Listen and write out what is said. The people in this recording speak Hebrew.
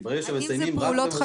כי ברגע שמסייעים רק במזון,